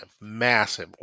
massive